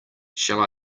shall